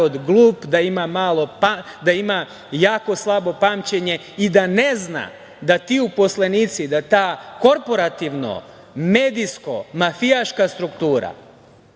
glup, da ima jako slabo pamćenje i da ne zna da ti uposlenici, da ta korporativno-medijsko-mafijaška struktura